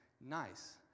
nice